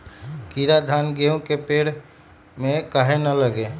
कीरा धान, गेहूं के पेड़ में काहे न लगे?